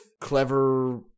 clever